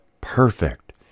perfect